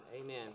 amen